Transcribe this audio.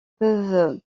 peuvent